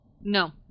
No